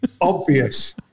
Obvious